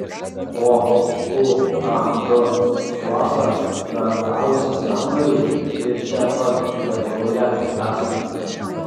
o uab suosa garantavusi sandorį ir čia pat lietuvoje esanti